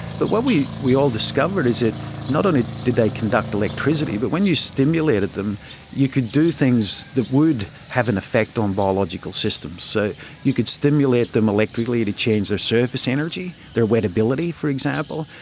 but what we we all discovered is that not only did they conduct electricity but when you stimulated them you could do things that would have an effect on biological systems. so you could stimulate them electrically to change their surface energy, their wettability for example.